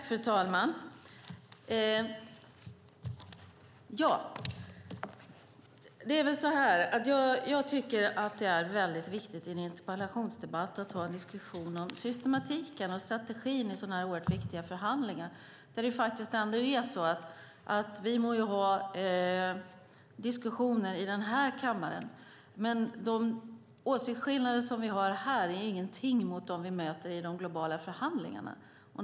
Fru talman! Jag tycker att det är väldigt viktigt i en interpellationsdebatt att ha en diskussion om systematiken och strategin i sådana här oerhört viktiga förhandlingar. Vi må ha diskussioner i den här kammaren, men de åsiktsskillnader som vi har här är ingenting mot de som vi möter i de globala förhandlingarna.